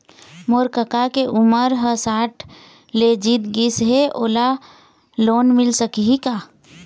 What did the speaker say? मोर कका के उमर ह साठ ले जीत गिस हे, ओला लोन मिल सकही का?